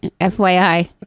FYI